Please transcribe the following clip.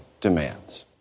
demands